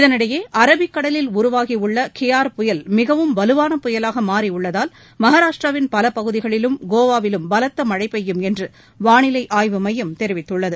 இதனிடையே அரபிக் கடலில் உருவாகியுள்ள கியார் புயல் மிகவும் வலுவான புயலாக மாறியுள்ளதால் மகாராஷ்ட்டிராவின் பல பகுதிகளிலும் கோவாவிலும் பலத்த மழை பெய்யுமென்று வானிலை ஆய்வு மையம் தெரிவித்துள்ளது